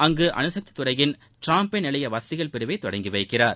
அங்கு அணுசக்தி துறையின் டிராம்பே நிலைய வசதிகள் பிரிவை தொடங்கிவைக்கிறார்